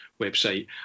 website